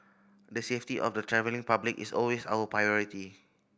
the safety of the travelling public is always our priority